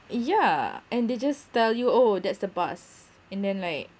yeah and they just tell you oh that's the bus and then like